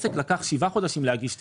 לעסק לקח שבעה חודשים להגיש תביעה,